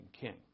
King